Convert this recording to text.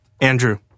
andrew